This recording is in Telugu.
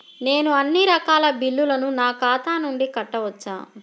నేను అన్నీ రకాల బిల్లులను నా ఖాతా నుండి కట్టవచ్చా?